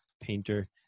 Painter